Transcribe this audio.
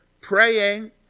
Praying